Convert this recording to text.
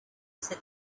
said